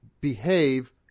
behave